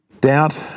doubt